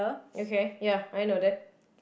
okay ya I know that